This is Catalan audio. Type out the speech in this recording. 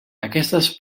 aquestes